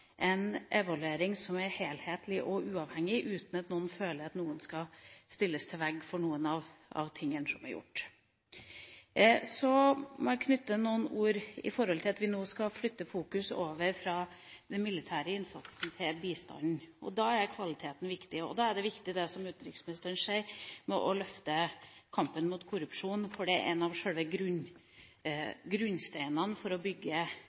en evaluering som er helhetlig og uavhengig, uten at noen føler at noen skal stilles til veggs for noen av tingene som er gjort. Så må jeg knytte noen ord til at vi nå skal flytte oppmerksomheten fra den militære innsatsen til bistanden. Da er kvaliteten viktig, og da er det viktig, det som utenriksministeren sier om å løfte kampen mot korrupsjon, for en av grunnsteinene for å bygge et åpent demokrati er sjølsagt å bekjempe korrupsjon. Det er